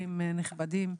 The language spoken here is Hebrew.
אורחים נכבדים.